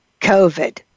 COVID